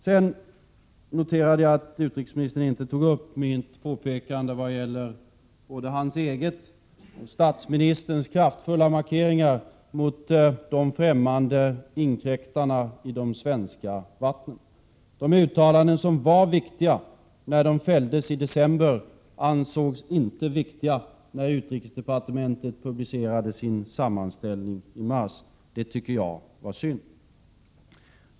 Jag noterade att utrikesministern inte tog upp mitt påpekande vad gäller både hans eget och statsministerns kraftfulla markeringar mot de främmande inkräktarna i de svenska vattnen. De uttalanden som var viktiga när de fälldes i december ansågs inte viktiga när utrikesdepartementet publicerade sin sammanställning i mars — det tycker jag var synd.